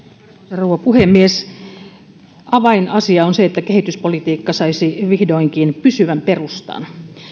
rouva puhemies avainasia on se että kehityspolitiikka saisi vihdoinkin pysyvän perustan